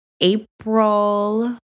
April